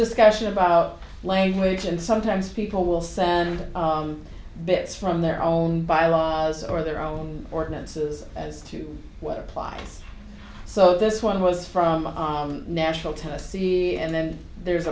discussion about language and sometimes people will say and bits from their own by laws or their own ordinances as to what applies so this one was from nashville tennessee and then there's